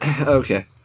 Okay